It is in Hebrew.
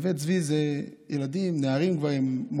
בנווה צבי זה ילדים, נערים עם מוגבלויות,